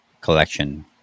collection